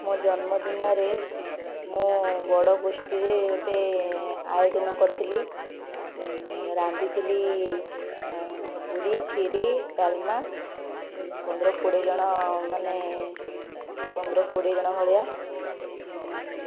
ମୋ ଜନ୍ମ ଦିନରେ ମୁଁ ବଡ଼ ଗୋଷ୍ଠିରେ ଗୋଟେ ଆୟୋଜନ କରିଥିଲି ରାନ୍ଧିଥିଲି ପୁରି କ୍ଷୀରି ଡ଼ାଲମା ପନ୍ଦର କୋଡ଼ିଏ ଜଣ ମାନେ ପନ୍ଦର କୋଡ଼ିଏ ଜଣ ଭଳିଆ